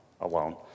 alone